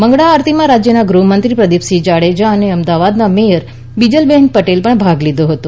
મંગળા આરતીમાં રાજ્યનાં ગૃહમંત્રી પ્રદિપસિંહ જાડેજા અને અમદાવાદના મેયર બિજલબેન પટેલે ભાગ લીધો હતો